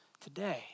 today